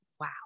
wow